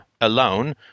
alone